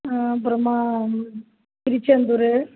அப்புறமா திருச்செந்தூர்